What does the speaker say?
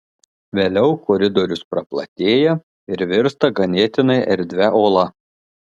vėliau koridorius praplatėja ir virsta ganėtinai erdvia ola